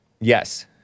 Yes